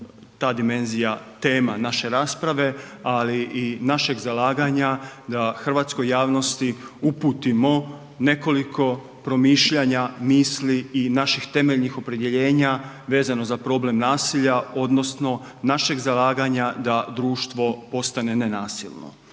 ta dimenzija tema naše rasprave ali i našeg zalaganja da hrvatskoj javnosti uputimo nekoliko promišljanja, misli i naših temeljnih opredjeljenja vezano za problem nasilja odnosno našeg zalaganja da društvo postane nenasilno.